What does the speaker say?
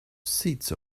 seats